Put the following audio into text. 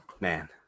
man